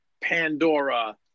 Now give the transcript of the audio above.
pandora